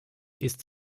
ist